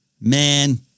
Man